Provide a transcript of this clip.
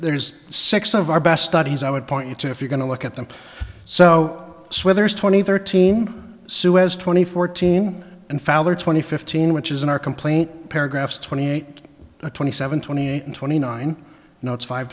there's six of our best studies i would point to if you're going to look at them so whether it's twenty thirty mm suez twenty fourteen and fowler twenty fifteen which is in our complaint paragraphs twenty eight twenty seven twenty eight and twenty nine notes five